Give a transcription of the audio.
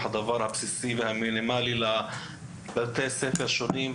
דברים בסיסיים ומינימליים לבתי ספר שונים.